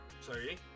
sorry